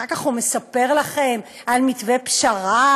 אחר כך הוא מספר לכם על מתווה פשרה,